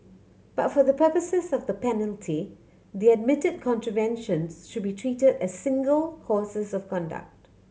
but for the purposes of the penalty the admitted contraventions should be treated as single courses of conduct